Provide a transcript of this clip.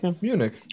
Munich